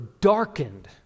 darkened